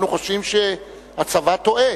אנחנו חושבים שהצבא טועה,